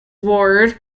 ward